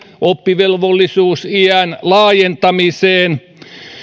oppivelvollisuusiän laajentamiseen